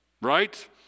Right